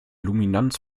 luminanz